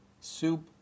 Soup